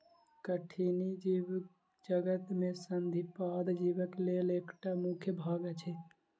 कठिनी जीवजगत में संधिपाद जीवक लेल एकटा मुख्य भाग अछि